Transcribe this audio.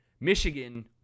Michigan